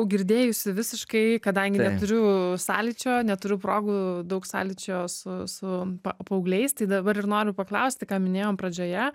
girdėjusi visiškai kadangi neturiu sąlyčio neturiu progų daug sąlyčio su su pa paaugliais tai dabar ir noriu paklausti ką minėjom pradžioje